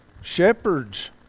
shepherds